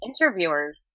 interviewers